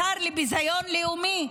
השר לביזיון לאומי,